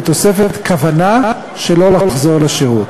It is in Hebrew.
בתוספת כוונה שלא לחזור לשירות.